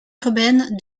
urbaine